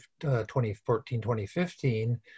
2014-2015